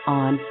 on